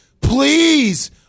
please